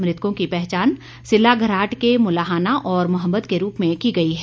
मृतकों के पहचान सिल्लाघराट के मुलाहना और मोहम्मद के रूप में की गई है